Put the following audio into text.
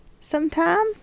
Sometime